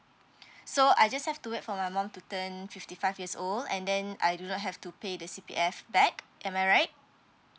so I just have to wait for my mum to turn fifty five years old and then I do not have to pay the C_P_F back am I right